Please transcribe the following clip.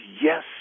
yes